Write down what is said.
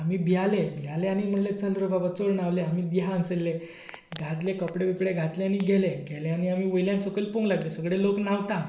आमी भियाले भियाले आनी म्हणलें चल रे बाबा चड न्हांवले आमी या हांगासरले कपडे बिपडे घातले आनी आमी गेले गेले आनी आमी वयल्यान सकयल पळोवंक लागले लोक न्हांवता